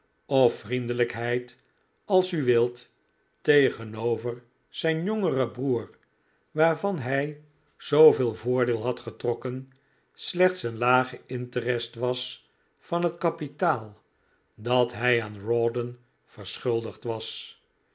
of vriendelijkheid als u wilt tegenover zijn jongeren broer waarvan hij zooveel voordeel had getrokken slechts een lage interest was van het kapitaal dat hij aan rawdon verschuldigd was